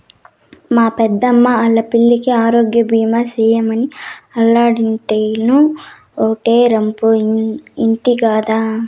మా పెద్దమ్మా ఆల్లా పిల్లికి ఆరోగ్యబీమా సేయమని ఆల్లింటాయినో ఓటే రంపు ఇంటి గదా